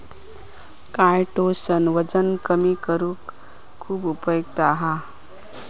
chitosan वजन कमी करुक खुप उपयुक्त हा